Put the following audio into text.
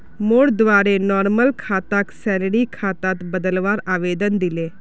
मोर द्वारे नॉर्मल खाताक सैलरी खातात बदलवार आवेदन दिले